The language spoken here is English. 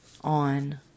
on